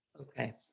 okay